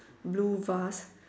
blue vase